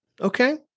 Okay